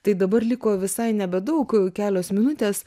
tai dabar liko visai nebedaug kelios minutės